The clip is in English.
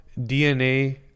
DNA